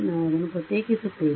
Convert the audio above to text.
ನಾವು ಅದನ್ನು ಪ್ರತ್ಯೇಕಿಸುತ್ತೇವೆ